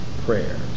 prayers